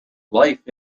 life